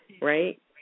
right